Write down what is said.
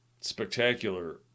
Spectacular